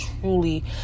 truly